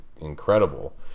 incredible